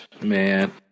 man